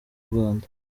rwanda